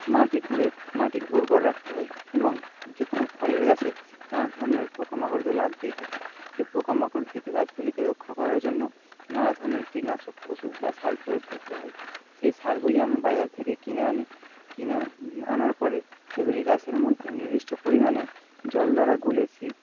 মাটি খুঁড়ে মাটির উপর রাখতে হয় এবং যে কোনো ফলের গাছে নানা ধরনের পোকামাকড় তো লাগতেই থাকে পোকামাকড় থেকে গাছগুলিকে রক্ষা করার জন্য নানা ধরনের কীটনাশক ওষুধ বা সার প্রয়োগ করতে হয় সেই সারগুলি আমি বাজার থেকে কিনে আনে কিনে আনার পরে সেগুলি গাছের মধ্যে নির্দিষ্ট পরিমাণে জল দ্বারা গুলে সেই